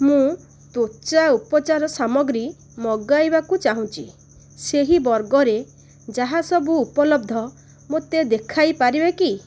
ମୁଁ ତ୍ଵଚା ଉପଚାର ସାମଗ୍ରୀ ମଗାଇବାକୁ ଚାହୁଁଛି ସେହି ବର୍ଗରେ ଯାହା ସବୁ ଉପଲବ୍ଧ ମୋତେ ଦେଖାଇ ପାରିବେ କି